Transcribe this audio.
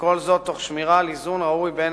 וכל זאת תוך שמירה על איזון ראוי בין